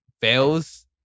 fails